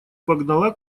погнала